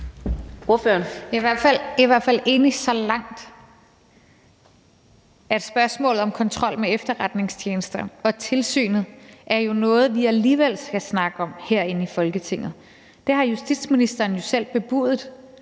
i hvert fald enig så langt, at spørgsmålet om kontrol med efterretningstjenester og tilsynet er noget, vi alligevel skal snakke om herinde i Folketinget. Justitsministeren har jo selv bebudet,